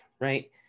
right